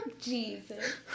Jesus